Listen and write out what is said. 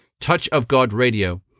touchofgodradio